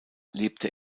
lebte